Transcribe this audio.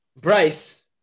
Bryce